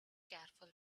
careful